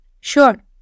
Sure